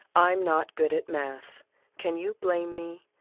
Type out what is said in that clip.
i'm not good at math can you blame me?